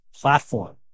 platform